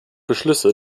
beschlüsse